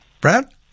Brad